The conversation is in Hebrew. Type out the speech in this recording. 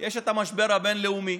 יש את המשבר הבין-לאומי